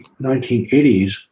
1980s